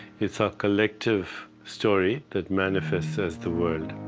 it's a collective story that manifests as the world.